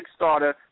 Kickstarter